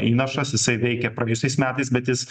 įnašas jisai veikė praėjusiais metais bet jis